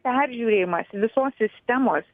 peržiūrėjimas visos sistemos